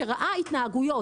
שראה התנהגויות,